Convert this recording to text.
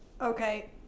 Okay